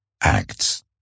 Acts